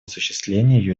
осуществлении